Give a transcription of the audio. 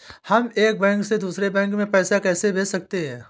हम एक बैंक से दूसरे बैंक में पैसे कैसे भेज सकते हैं?